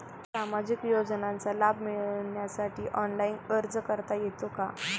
सामाजिक योजनांचा लाभ मिळवण्यासाठी ऑनलाइन अर्ज करता येतो का?